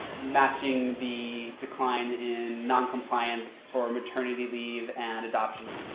matching the decline in noncompliance for maternity leave and adoption leave.